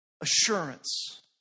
assurance